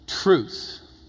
Truth